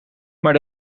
maar